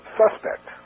suspect